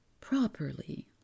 properly